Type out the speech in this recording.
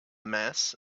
mass